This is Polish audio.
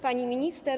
Pani Minister!